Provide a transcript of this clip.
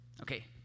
Okay